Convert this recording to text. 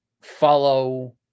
follow